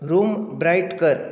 room bright कर